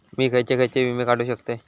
मी खयचे खयचे विमे काढू शकतय?